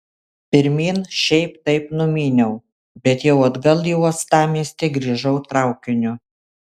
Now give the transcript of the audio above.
pirmyn šiaip taip numyniau bet jau atgal į uostamiestį grįžau traukiniu